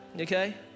Okay